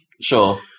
Sure